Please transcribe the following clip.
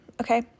okay